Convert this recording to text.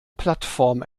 plattform